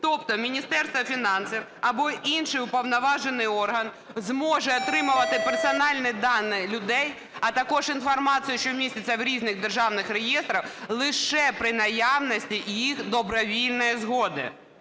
Тобто Міністерство фінансів або інший уповноважений орган зможе отримувати персональні дані людей, а також інформацію, що міститься в різних державних реєстрах, лише при наявності їх добровільної згоди,